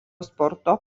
sporto